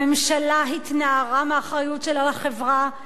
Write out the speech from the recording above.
הממשלה התנערה מהאחריות שלה לחברה,